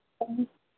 ओं